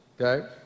Okay